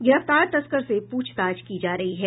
गिरफ्तार तस्कर से पूछताछ की जा रही है